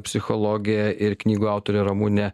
psichologė ir knygų autorė ramunė